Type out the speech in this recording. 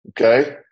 okay